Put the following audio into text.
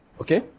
Okay